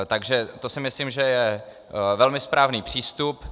Takže to si myslím, že je velmi správný přístup.